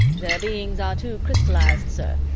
their beings are too crystallized, sir,